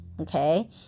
Okay